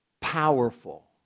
powerful